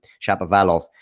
Shapovalov